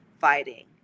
fighting